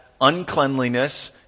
uncleanliness